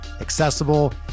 accessible